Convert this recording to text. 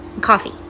coffee